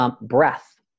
Breath